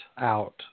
out